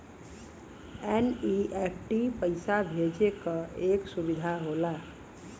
NEFT पइसा भेजे क एक सुविधा होला